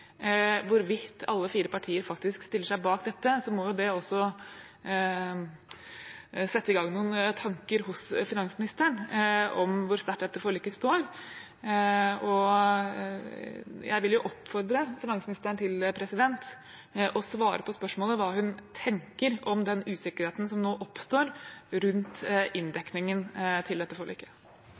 hvorvidt alle fire partier stiller seg bak dette, må jo det også sette i gang noen tanker hos finansministeren om hvor sterkt dette forliket står. Og jeg vil jo oppfordre finansministeren til å svare på spørsmålet om hva hun tenker om den usikkerheten som nå oppstår rundt inndekningen i dette forliket.